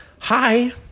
hi